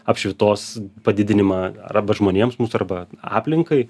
apšvitos padidinimą arba žmonėms mūsų arba aplinkai